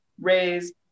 raise